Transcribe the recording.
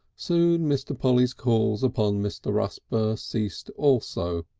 soon mr. polly's calls upon mr. rusper ceased also,